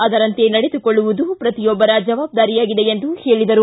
ಅದರಂತೆ ನಡೆದುಕೊಳ್ಳುವುದು ಪ್ರತಿಯೊಬ್ಬರ ಜವಾಬ್ದಾರಿಯಾಗಿದೆ ಎಂದು ಹೇಳಿದರು